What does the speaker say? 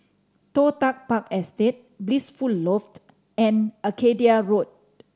Toh Tuck Park Estate Blissful Loft and Arcadia Road